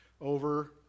over